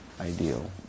ideal